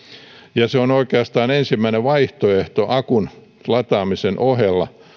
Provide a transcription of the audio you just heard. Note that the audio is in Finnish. ja se on oikeastaan ensimmäinen vaihtoehto akun lataamisen ohella